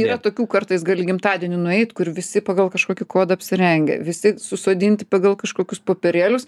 yra tokių kartais gali gimtadienių nueit kur visi pagal kažkokį kodą apsirengę visi susodinti pagal kažkokius popierėlius